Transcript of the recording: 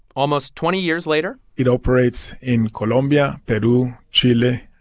almost twenty years later. it operates in colombia, peru, chile,